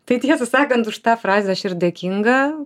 tai tiesą sakant už tą frazę aš ir dėkinga